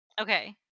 okay